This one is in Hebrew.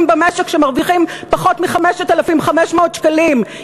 במשק שמרוויחים פחות מ-5,500 שקלים.